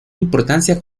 importancia